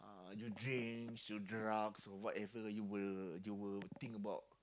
uh you drinks you drugs or whatever you will you will think about